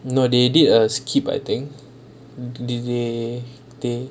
no they did err skit I think they they they